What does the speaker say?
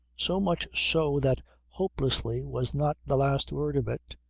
so much so that hopelessly was not the last word of it.